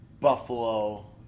Buffalo